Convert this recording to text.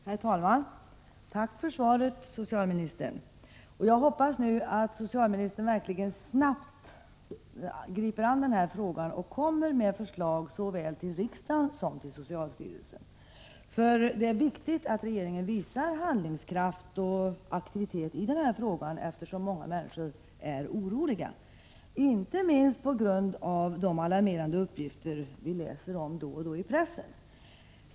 Herr talman! Tack för svaret, socialministern! Jag hoppas nu att socialministern verkligen snabbt griper sig an den här frågan och kommer med förslag såväl till riksdagen som till socialstyrelsen. Det är viktigt att regeringen visar handlingskraft och aktivitet i denna fråga, eftersom många människor är oroliga, inte minst på grund av de alarmerande uppgifter vi läser om då och då i pressen.